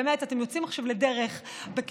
באמת אתם יוצאים עכשיו לדרך בכנסת,